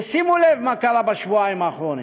ושימו לב מה קרה בשבועיים האחרונים: